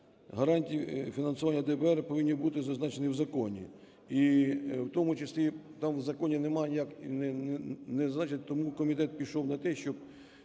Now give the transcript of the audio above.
гарантії фінансування ДБР повинні бути зазначені в законі, і в тому числі там в законі нема, ніяк не зазначено. Тому комітет пішов на те, щоб